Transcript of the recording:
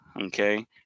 okay